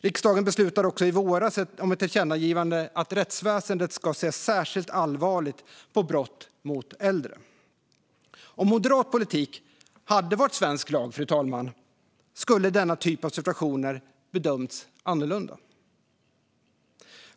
Riksdagen beslutade också i våras om ett tillkännagivande att rättsväsendet ska se särskilt allvarligt på brott mot äldre. Om moderat politik hade varit svensk lag, fru talman, skulle denna typ av situationer bedömts annorlunda.